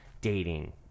dating